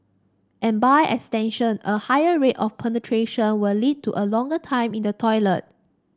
and by extension a higher rate of penetration will lead to a longer time in the toilet